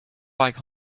like